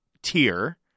Tier